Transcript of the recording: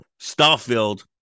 Starfield